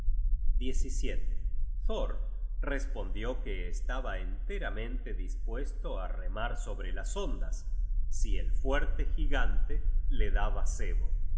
thor respondió que estaba enteramente dispuesto á remar sobre las ondas si el fuerte cabecera ó